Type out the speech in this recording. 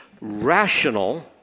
rational